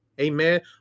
Amen